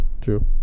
True